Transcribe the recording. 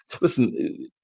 listen